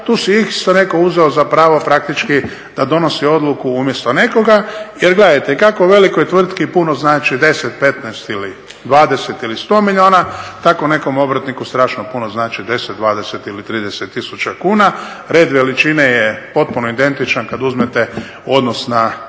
Tu si je isto netko uzeo za pravo praktički da donosi odluku umjesto nekoga. Jer gledajte, kako velikoj tvrtki puno znači 10, 15 ili 20 ili 100 milijuna, tako nekom obrtniku strašno puno znači 10, 20 ili 30 000 kuna. Red veličine je potpuno identičan kad uzmete odnos na